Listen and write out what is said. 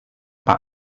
pak